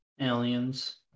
Aliens